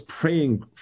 praying